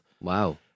Wow